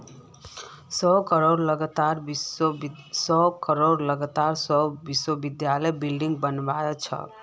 सौ करोड़ लागत से विश्वविद्यालयत बिल्डिंग बने छे